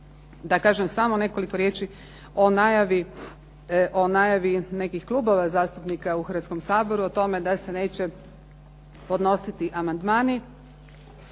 da kažem samo nekoliko riječi o najavi nekih klubova zastupnika u Hrvatskom saboru o tome da se neće podnositi amandmani.